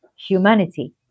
humanity